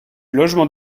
logement